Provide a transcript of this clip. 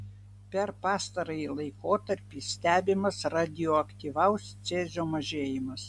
per pastarąjį laikotarpį stebimas radioaktyvaus cezio mažėjimas